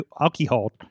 Alcohol